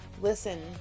Listen